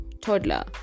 toddler